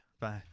bye